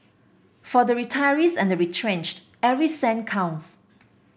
for the retirees and the retrenched every cent counts